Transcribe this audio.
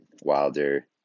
Wilder